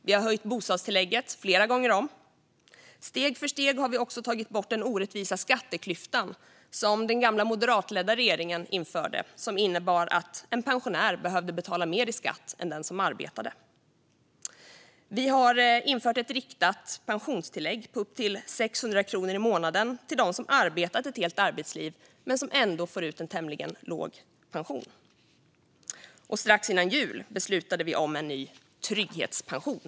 Vi har höjt bostadstillägget flera gånger om. Steg för steg har vi också tagit bort den orättvisa skatteklyfta som den gamla moderatledda regeringen införde och som innebar att en pensionär behövde betala mer i skatt än den som arbetade. Vi har infört ett riktat pensionstillägg på upp till 600 kronor i månaden till dem som arbetat ett helt arbetsliv men som ändå får ut en tämligen låg pension. Strax innan jul beslutade vi också om en ny trygghetspension.